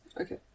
Okay